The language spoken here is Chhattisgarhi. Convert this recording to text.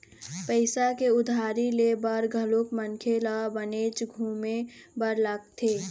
पइसा के उधारी ले बर घलोक मनखे ल बनेच घुमे बर लगथे